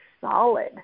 solid